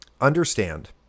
understand